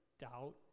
doubt